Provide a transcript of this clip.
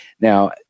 now